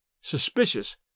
suspicious